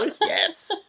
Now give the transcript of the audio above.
Yes